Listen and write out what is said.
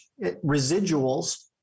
residuals